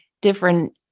different